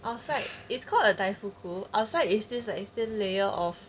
outside it's called a die for cool outside it's just like a thin layer of